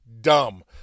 dumb